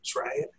right